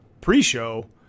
pre-show